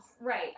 right